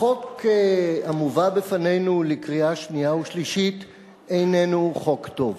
החוק המובא בפנינו לקריאה שנייה ושלישית איננו חוק טוב.